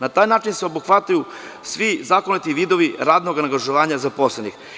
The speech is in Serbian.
Na taj način se obuhvataju svi zakoniti vidovi radnog angažovanja zaposlenih.